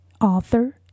author